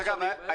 לא,